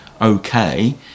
okay